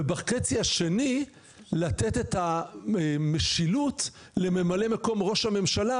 ובחצי השני לתת את המשילות לממלא מקום ראש הממשלה,